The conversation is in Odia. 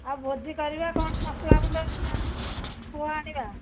ଆଉ ଭୋଜି କରିବା କ'ଣ ମସଲା ଗୁଣ୍ଡଟା କୁହ ଆଣିବା